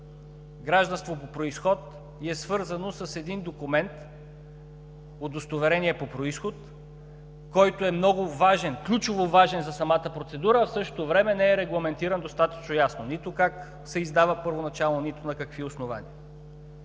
гражданство по произход и е свързано с един документ „Удостоверение по произход“, който е много важен, ключово важен за самата процедура, а в същото време не е регламентиран достатъчно ясно – нито как се издава първоначално, нито на какви основания.